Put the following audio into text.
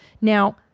Now